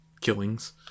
killings